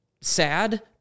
sad